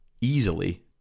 easily